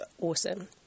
awesome